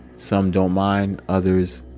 some don't mind. others